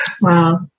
Wow